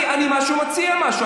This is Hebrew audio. אני מציע משהו,